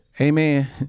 Amen